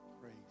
Praise